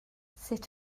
sut